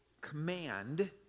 Command